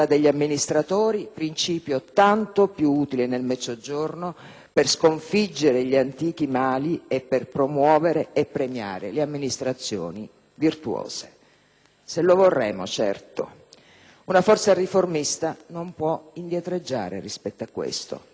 per sconfiggere gli antichi mali e per promuovere e premiare le amministrazioni virtuose. Se lo vorremo, certo. Una forza riformista non può indietreggiare rispetto a questo. Ha il dovere e la responsabilità di collaborare perché questo sia.